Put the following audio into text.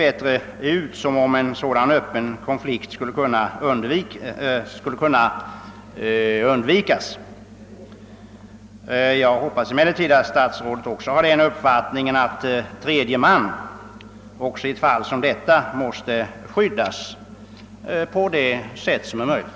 bättre ut som om en sådan öppen konflikt skulle kunna undvikas. Jag hoppas eniellertid att statsrådet delar den uppfattningen, att tredje man även i ett fall som detta måste skyddas på det sätt som är. möjligt.